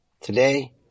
today